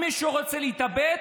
אם מישהו רוצה להתאבד,